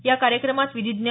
या कार्यक्रमात विधीज्ञ